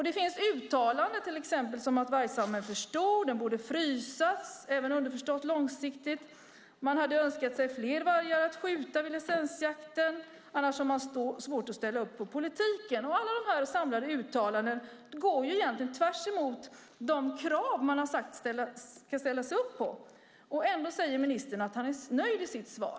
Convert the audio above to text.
Det finns uttalanden till exempel om att vargstammen är för stor och borde frysas, underförstått även långsiktigt. Man hade önskat sig fler vargar att skjuta vid licensjakten; annars har man svårt att ställa upp på politiken. Alla dessa samlade uttalanden går egentligen tvärsemot de krav man har sagt sig ställa upp på. Ändå säger ministern att han är nöjd i sitt svar.